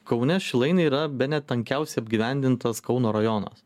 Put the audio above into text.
kaune šilainiai yra bene tankiausiai apgyvendintas kauno rajonas